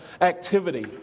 activity